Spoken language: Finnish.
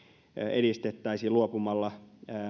edistettäisiin luopumalla